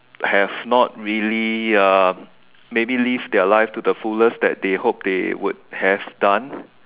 have not really uh maybe live their life to the fullest that they hoped they would have done